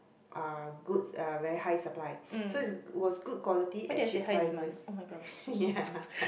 uh goods are very high supply so it was good quality at cheap prices yeah